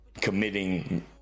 committing